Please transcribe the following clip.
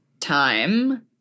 time